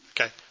Okay